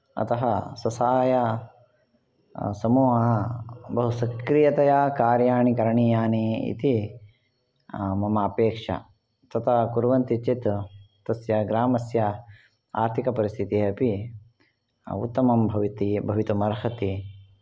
अतः स्वसहायसमूहः बहु सक्रियतया कार्याणि करणीयानि इति मम अपेक्षा तथा कुर्वन्ति चेत् तस्य ग्रामस्य आर्थिकपरिस्थितिः अपि उत्तमं भवति भवितुम् अर्हति